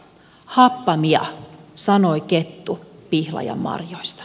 happamia sanoi kettu pihlajanmarjoista